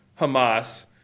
Hamas